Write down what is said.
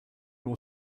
l’on